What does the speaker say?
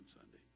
Sunday